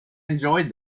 enjoyed